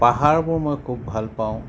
পাহাৰবোৰ মই খুব ভাল পাওঁ